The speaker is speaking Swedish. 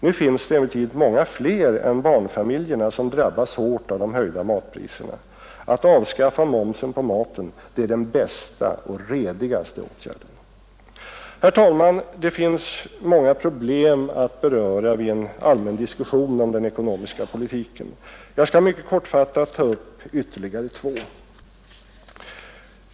Nu finns det emellertid många fler än barnfamiljerna som drabbas hårt av de höjda matpriserna. Att avskaffa momsen på maten är den bästa och redigaste åtgärden. Herr talman! Det finns många problem att beröra vid en allmän diskussion om den ekonomiska politiken. Jag skall mycket kortfattat ta upp ytterligare två.